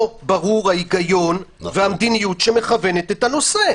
לא ברורים ההיגיון והמדיניות שמכוונת את הנושא.